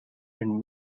and